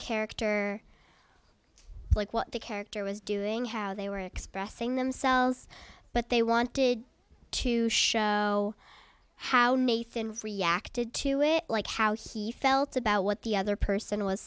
character like what the character was doing how they were expressing themselves but they wanted to show how nathan reacted to it like how he felt about what the other person was